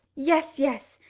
yes, yes,